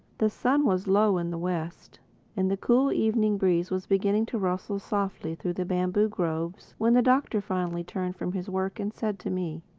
the sun was low in the west and the cool evening breeze was beginning to rustle softly through the bamboo-groves when the doctor finally turned from his work and said to me,